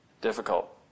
difficult